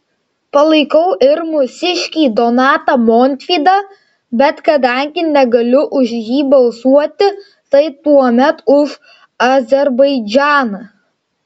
palaikau ir mūsiškį donatą montvydą bet kadangi negaliu už jį balsuoti tai tuomet už azerbaidžaną